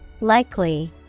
Likely